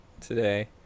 today